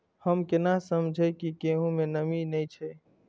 हम केना समझये की गेहूं में नमी ने छे?